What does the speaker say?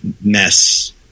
mess